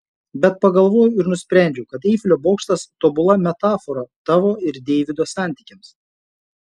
bet pagalvojau ir nusprendžiau kad eifelio bokštas tobula metafora tavo ir deivido santykiams